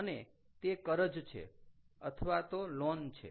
અને તે કરજ છે અથવા તો લોન છે